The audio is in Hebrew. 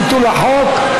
ביטול החוק),